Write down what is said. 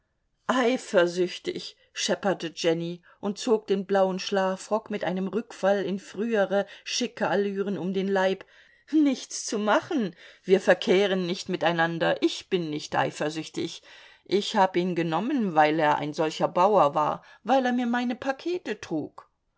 eifersüchtig schepperte jenny und zog den blauen schlafrock mit einem rückfall in frühere chicke allüren um den leib nichts zu machen wir verkehren nicht miteinander ich bin nicht eifersüchtig ich hab ihn genommen weil er ein solcher bauer war weil er mir meine pakete trug